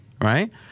right